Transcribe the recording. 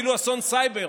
ואפילו אסון סייבר,